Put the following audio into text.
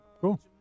cool